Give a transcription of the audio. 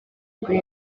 kuri